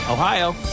Ohio